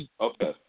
Okay